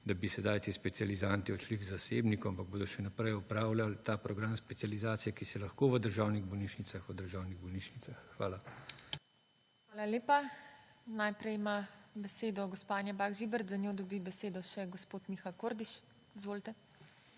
da bi sedaj ti specializanti odšli k zasebnikom, ampak bodo še naprej opravljal ta program specializacije, ki se lahko v državnih bolnišnicah, v državnih bolnišnicah. Hvala. **PODPREDSEDNICA TINA HEFERLE:** Hvala lepa. Najprej ima besedo gospa Anja Bah Žibert, za njo dobi besedo še gospod Miha Kordiš. Izvolite.